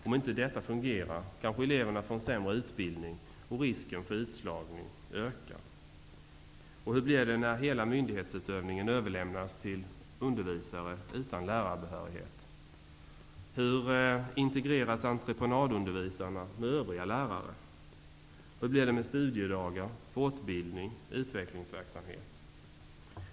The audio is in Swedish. Om inte detta fungerar kanske eleverna får en sämre utbildning och risken för utslagning ökar. Hur blir det när hela myndighetsutövningen överlämnas till undervisare utan lärarbehörighet? Hur integreras entreprenadundervisarna med övriga lärare? Hur blir det med studiedagar, fortbildning och utvecklingsverksamhet?